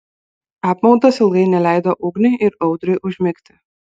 apmaudas ilgai neleido ugniui ir audriui užmigti